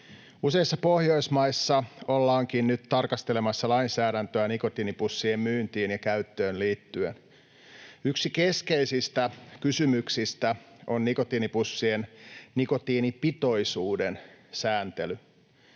Useissa Pohjoismaissa ollaankin nyt tarkastelemassa lainsäädäntöä nikotiinipussien myyntiin ja käyttöön liittyen. Yksi keskeisistä kysymyksistä on nikotiinipussien nikotiinipitoisuuden sääntely.